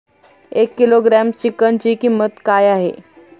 एक किलोग्रॅम चिकनची किंमत काय आहे?